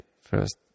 first